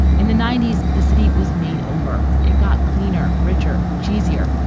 in the ninety s, the city was made over. it got cleaner, richer, cheesier.